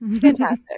fantastic